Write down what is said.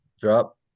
drop